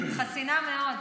חסינה מאוד.